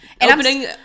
opening